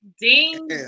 Ding